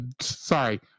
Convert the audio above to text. Sorry